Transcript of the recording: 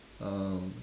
um